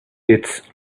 its